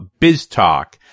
BizTalk